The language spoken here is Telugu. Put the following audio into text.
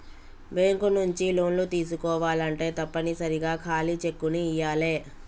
బ్యేంకు నుంచి లోన్లు తీసుకోవాలంటే తప్పనిసరిగా ఖాళీ చెక్కుని ఇయ్యాలే